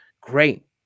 Great